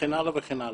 וכן הלאה וכן הלאה.